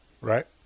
Right